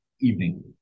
evening